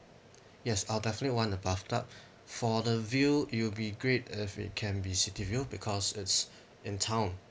yes I'll definitely want a bathtub for the view it will be great if it can be city view because it's in town